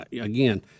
again